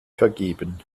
vergeben